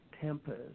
tempest